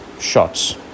shots